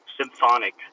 symphonic